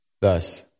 Thus